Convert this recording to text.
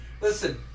Listen